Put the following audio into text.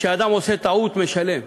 כשאדם עושה טעות, הוא משלם.